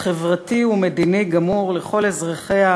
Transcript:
חברתי ומדיני גמור לכל אזרחיה,